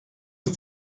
ist